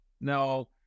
now